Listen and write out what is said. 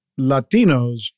Latinos